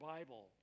Bible